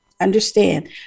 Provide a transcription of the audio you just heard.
Understand